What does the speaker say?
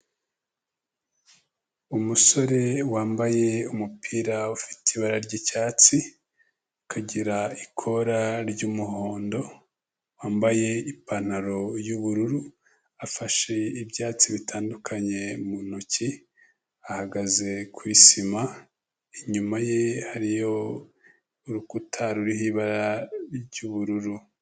Umusore wambaye umupira ufite ibara ry'icyatsi, ukagira ikora ry'umuhondo, wambaye ipantaro y'ubururu, afashe ibyatsi bitandukanye mu ntoki, ahagaze kuri sima, inyuma ye hariyo urukuta ruriho ibara ry'ubururu.